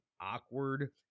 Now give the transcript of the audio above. awkward